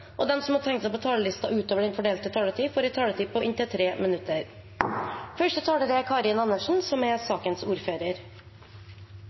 og de som måtte tegne seg på talerlisten utover den fordelte taletid, får også en taletid på inntil 3 minutter.